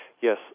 Yes